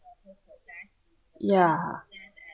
ya